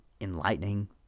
enlightening